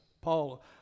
Paul